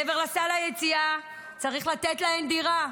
מעבר לסל היציאה צריך לתת להן דירה.